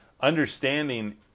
Understanding